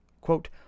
Quote